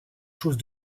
chose